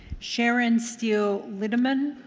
sharon steele lindeman?